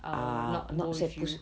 I will not go with you